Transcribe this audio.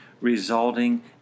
resulting